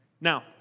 Now